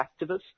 activists